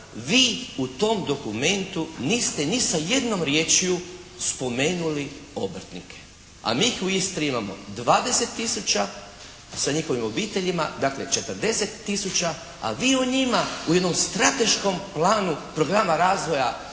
vi u tom dokumentu niste ni sam jednom riječju spomenuli obrtnike, a mi ih u Istri imamo 20 000 sa njihovim obiteljima. Dakle, 40 000 a vi u njima u jednom strateškom planu programa razvoja